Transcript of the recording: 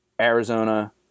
arizona